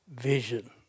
vision